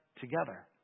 together